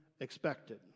expected